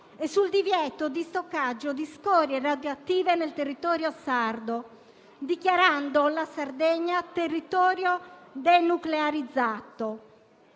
e sul divieto di stoccaggio di scorie radioattive nel territorio sardo, dichiarando la Sardegna territorio denuclearizzato.